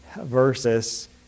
versus